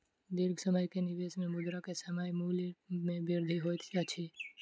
दीर्घ समय के निवेश में मुद्रा के समय मूल्य में वृद्धि होइत अछि